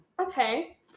Okay